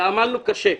ועמלנו קשה,